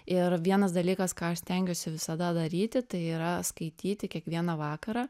ir vienas dalykas ką aš stengiuosi visada daryti tai yra skaityti kiekvieną vakarą